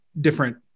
different